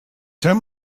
tell